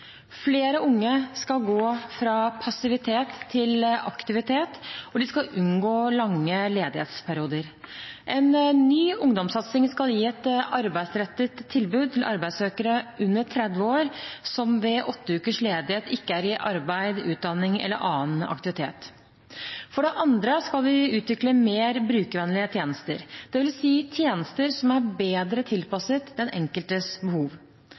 Flere unge skal gå fra passivitet til aktivitet, og de skal unngå lange ledighetsperioder. En ny ungdomssatsing skal gi et arbeidsrettet tilbud til arbeidssøkere under 30 år som ved åtte ukers ledighet ikke er i arbeid, utdanning eller annen aktivitet. For det andre skal vi utvikle mer brukervennlige tjenester, dvs. tjenester som er bedre tilpasset den enkeltes behov.